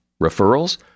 Referrals